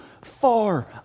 far